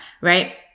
right